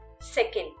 Second